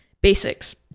basics